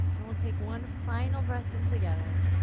and we'll take one final breath in together.